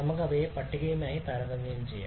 നമുക്ക് അവയെ പട്ടികയുമായി താരതമ്യം ചെയ്യാം